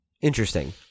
Interesting